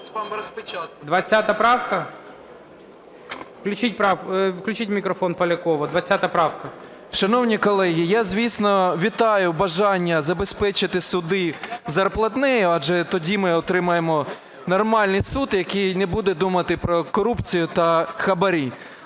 Шановні колеги, я, звісно, вітаю бажання забезпечити суди зарплатнею. Адже тоді ми отримаємо нормальний суд, який не буде думати про корупцію та хабарі.